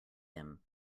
him